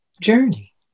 journey